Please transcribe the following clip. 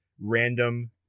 random